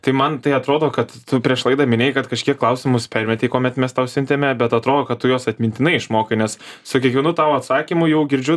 tai man tai atrodo kad tu prieš laidą minėjai kad kažkiek klausimus permetei kuomet mes tau siuntėme bet atrodo kad tu juos atmintinai išmokai nes su kiekvienu tavo atsakymu jau girdžiu